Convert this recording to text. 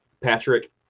Patrick